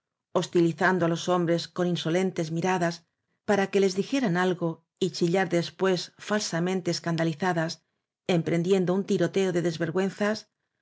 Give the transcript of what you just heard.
hostilizando á los hombres con insolentes mi radas para que les dijeran algo y chillar después falsamente escandalizadas emprendiendo un tiroteo de desvergüenzas